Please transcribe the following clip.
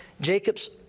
Jacob's